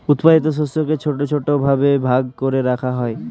উৎপাদিত শস্যকে ছোট ছোট ভাবে ভাগ করে রাখা হয়